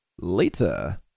later